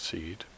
Seed